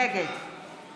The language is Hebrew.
נגד